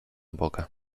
boga